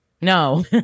No